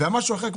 אל תקנו דירה.